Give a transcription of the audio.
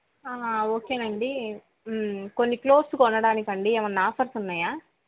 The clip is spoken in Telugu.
ఓకే అండి కొన్ని కాత్స్ కొనడానికి అండి ఏమన్న ఆఫర్సు ఉన్నాయా